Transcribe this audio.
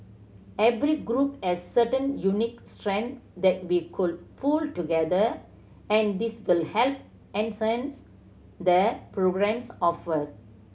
every group as certain unique strength that we could pool together and this will help enhance the programmes offered